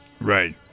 Right